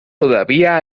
todavía